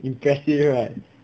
impressive right